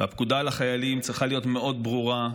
והפקודה לחיילים צריכה להיות מאוד ברורה.